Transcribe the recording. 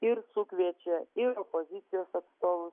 ir sukviečia ir opozicijos atstovus